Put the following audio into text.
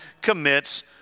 commits